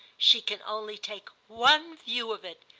she can only take one view of it.